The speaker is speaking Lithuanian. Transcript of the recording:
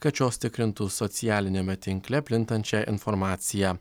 kad šios tikrintų socialiniame tinkle plintančią informaciją